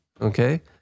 Okay